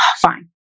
Fine